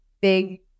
big